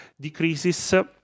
decreases